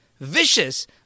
vicious